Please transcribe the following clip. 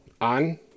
on